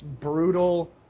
brutal